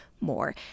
more